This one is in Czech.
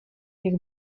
jak